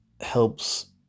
helps